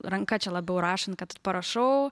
ranka čia labiau rašant kad parašau